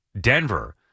Denver